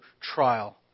trial